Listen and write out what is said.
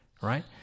right